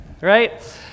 right